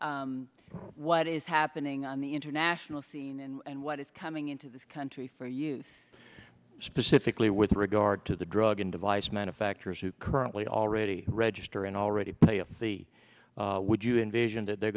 what is happening on the international scene and what is coming into this country for you specifically with regard to the drug and device manufacturers who currently already register and already pay a fee would you envision that they're